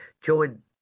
join